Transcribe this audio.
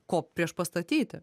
ko priešpastatyti